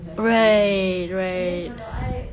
right right